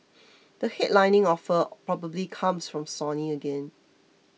the headlining offer probably comes from Sony again